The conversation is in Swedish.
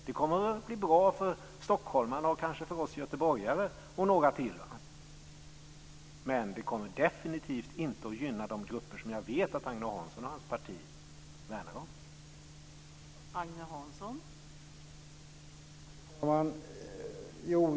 Det kommer att bli bra för stockholmarna och kanske för oss göteborgare och några till, men det kommer definitivt inte att gynna de grupper som jag vet att Agne Hansson och hans parti värnar om.